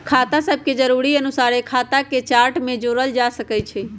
खता सभके जरुरी अनुसारे खता के चार्ट में जोड़ल जा सकइ छै